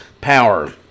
power